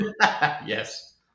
Yes